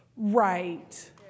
Right